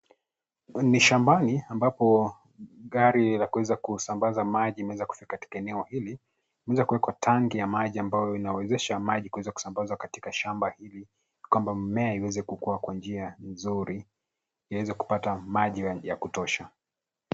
Ni shambani ambapo gari la kuweza kusambaza maji imeweza kufika katika eneo hili imeweza kwenye tanki ya maji ambayo inawezesha maji kuweza kusambazwa katika shamba hili kwamba mmea iweze kukua kwa njia nzuri, iweze kupata maji ya kutosha.